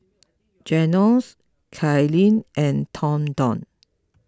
Junious Cailyn and Thornton